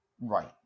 Right